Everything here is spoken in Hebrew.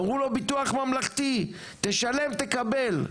אמרו לו ביטוח ממלכתי, תשלם תקבל,